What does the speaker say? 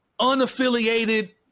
unaffiliated